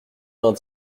vingt